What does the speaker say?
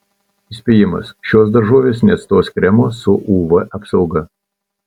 įspėjimas šios daržovės neatstos kremo su uv apsauga